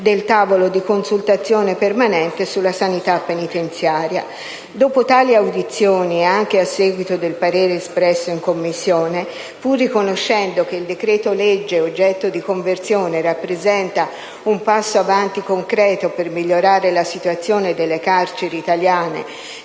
del tavolo di consultazione permanente sulla sanità penitenziaria. Dopo tali audizioni, anche a seguito del parere espresso in Commissione e pur riconoscendo che il decreto‑legge oggetto di conversione rappresenta un passo avanti concreto per migliorare la situazione delle carceri italiane,